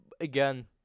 again